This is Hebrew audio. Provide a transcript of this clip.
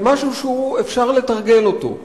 כמשהו שאפשר לתרגל אותו,